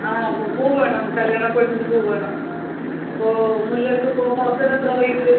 ആ പൂ വേണം കല്ല്യാണ പെണ്ണിന് പൂ വേണം അപ്പോൾ മുല്ലയ്ക്ക് ഇപ്പോൾ മുഴത്തിന് എത്ര റേറ്റ്